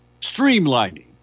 streamlining